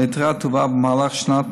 והיתרה תועבר במהלך שנת